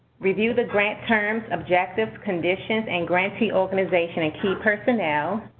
review the grant terms, objectives, conditions, and grantee organization, and key personnel.